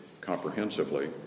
comprehensively